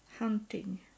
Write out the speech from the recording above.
hunting